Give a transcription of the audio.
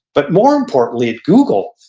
but more importantly at google,